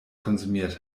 konsumiert